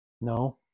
No